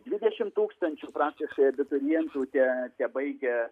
dvidešimt tūkstančių praktiškai abiturientų te tebaigia